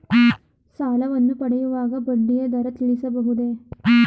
ಸಾಲವನ್ನು ಪಡೆಯುವಾಗ ಬಡ್ಡಿಯ ದರ ತಿಳಿಸಬಹುದೇ?